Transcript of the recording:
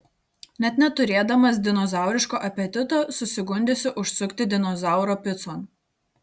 net neturėdamas dinozauriško apetito susigundysi užsukti dinozauro picon